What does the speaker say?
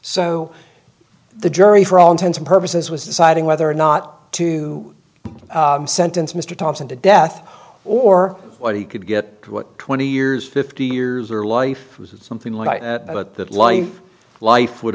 so the jury for all intents and purposes was deciding whether or not to sentence mr thompson to death or what he could get what twenty years fifty years or life was it something like that line life would